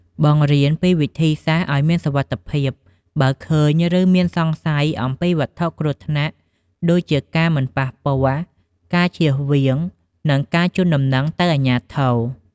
បង្រៀនពីវិធីសាស្ត្រឲ្យមានសុវត្ថិភាព បើឃើញឬមានសង្ស័យអំពីវត្ថុគ្រោះថ្នាក់ ដូចជាការមិនប៉ះពាល់ ការជៀសវាង និងការជូនដំណឹងទៅអាជ្ញាធរ។